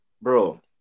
bro